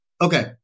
Okay